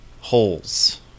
holes